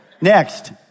Next